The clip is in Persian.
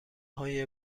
های